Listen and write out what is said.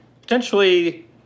potentially